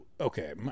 Okay